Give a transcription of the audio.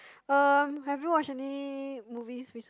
um have you watched any movies recently